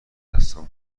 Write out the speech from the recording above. دستام